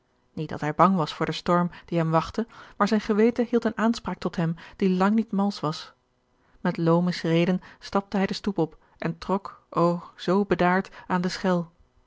niet dat hij bang was voor den storm die hem wachtte maar zijn geweten hield eene aanspraak tot hem die lang niet malsch was met loome schreden stapte hij de stoep op en trok o zoo bedaard aan de schel